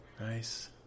Nice